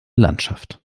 landschaft